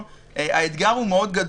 האתגר גדול מאוד.